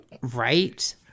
Right